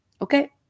okay